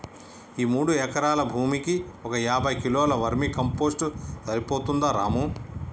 ఈ మూడు ఎకరాల భూమికి ఒక యాభై కిలోల వర్మీ కంపోస్ట్ సరిపోతుందా రాము